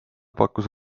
pakkus